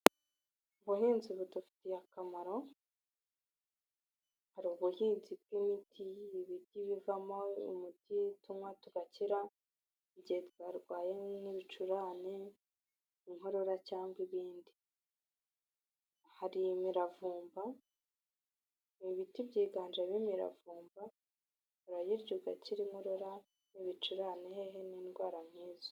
Ubuhinzi budufitiye akamaro hari ubuhinzi bw'imiti, ibiryo bivamo umutituma tukira igihe twarwaye n'ibicurane inkorora cyangwa ibindi hari imiravumba, ibiti byiganjemo imiravumba urayirya ugakira inkorora, ibicurane hehe n'indwara nk'izo.